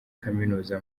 kaminuza